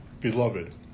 Beloved